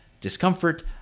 discomfort